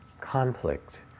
conflict